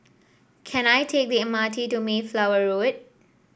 can I take the M R T to Mayflower Road